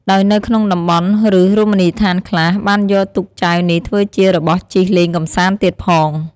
ដោយនៅក្នុងតំបន់ ឬរមណីយដ្ឋានខ្លះ បានយកទូកចែវនេះធ្វើជារបស់ជិះលេងកំសាន្ដទៀតផង។